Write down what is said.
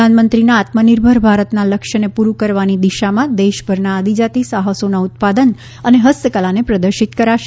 પ્રધાનમંત્રીના આત્મનિર્ભર ભારતના લક્ષ્યને પૂરું કરવાની દિશામાં દેશભરના આદિજાતિ સાહસોના ઉત્પાદન અને હસ્તકલાને પ્રદર્શિત કરાશે